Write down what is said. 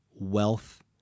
wealth